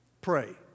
pray